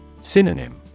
Synonym